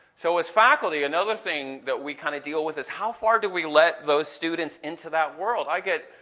so as faculty another thing that we kind of deal with is how far do we let those students into that world? i get,